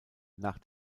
nach